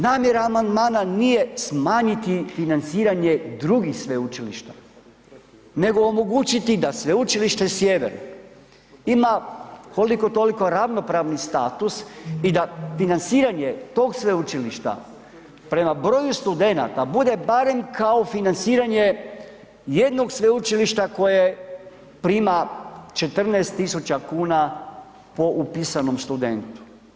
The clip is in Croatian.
Namjera amandmana nije smanjiti financiranje drugih sveučilišta nego omogućiti da Sveučilište Sjever ima, koliko-toliko ravnopravni status i da financiranje tog sveučilišta prema broju studenata bude barem kao financiranje jednog sveučilišta koje prima 14 tisuća kuna po upisanom studentu.